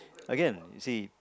again you see